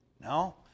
No